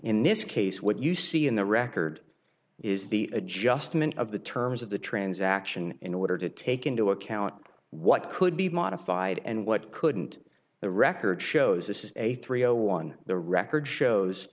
in this case what you see in the record is the adjustment of the terms of the transaction in order to take into account what could be modified and what couldn't the record shows this is a three zero one the record shows